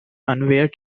unaware